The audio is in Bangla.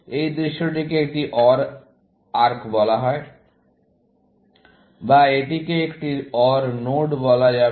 এই দৃশ্যটিকে একটি OR আর্ক বলা হয় বা এটিকে একটি OR নোড বলা হবে